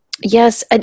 Yes